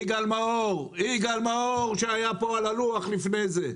יגאל מאור, יגאל מאור שהיה פה על הלוח לפני זה.